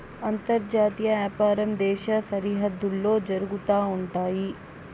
అంతర్జాతీయ వ్యాపారం దేశ సరిహద్దుల్లో జరుగుతా ఉంటయి